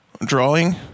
drawing